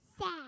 Sad